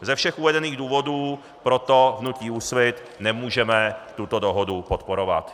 Ze všech uvedených důvodů proto v hnutí Úsvit nemůžeme tuto dohodu podporovat.